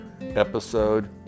episode